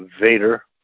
Vader